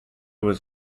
was